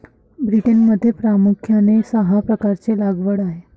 ब्रिटनमध्ये प्रामुख्याने सहा प्रकारची लागवड आहे